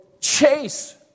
chase